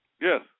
Yes